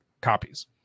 copies